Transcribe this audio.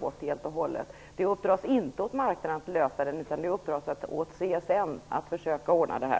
bort helt och hållet. Det uppdras inte år marknaden att lösa frågan, utan det uppdras åt CSN att försöka ordna det hela.